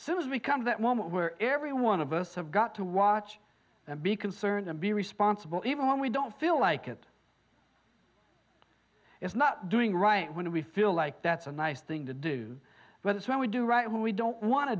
soon becomes that moment where every one of us have got to watch and be concerned and be responsible even when we don't feel like it is not doing right when we feel like that's a nice thing to do but it's when we do right when we don't want to